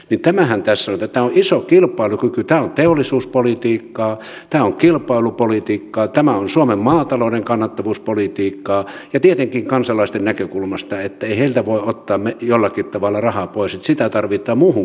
tämähän tässä on että tämä on iso kilpailukykykysymys tämä on teollisuuspolitiikkaa tämä on kilpailupolitiikkaa tämä on suomen maatalouden kannattavuuspolitiikkaa ja tietenkään kansalaisten näkökulmasta ei heiltä voi ottaa jollakin tavalla rahaa pois sitä tarvitaan muuhun kulutukseen